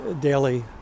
daily